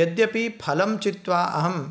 यद्यपि फलं चित्वा अहं